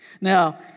Now